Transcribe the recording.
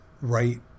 right